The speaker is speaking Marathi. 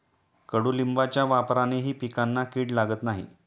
कडुलिंबाच्या वापरानेही पिकांना कीड लागत नाही